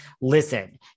Listen